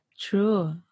true